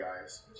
guys